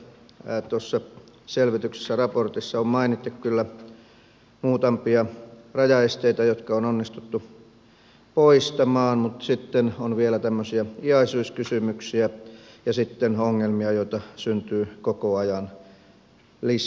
tuossa selvityksessä raportissa on mainittu kyllä muutamia rajaesteitä jotka on onnistuttu poistamaan mutta sitten on vielä tämmöisiä iäisyyskysymyksiä ja sitten ongelmia joita syntyy koko ajan lisää